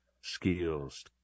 skills